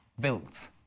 built